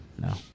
No